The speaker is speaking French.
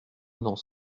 dans